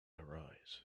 arise